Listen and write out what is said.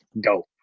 Go